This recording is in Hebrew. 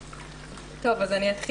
מצגת.